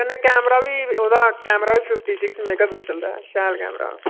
कन्नै कैमरा बी ओह्दा कैमरा बी फिफ्टी सिक्स मेगा पिक्सेल दा ऐ शैल कैमरा ऐ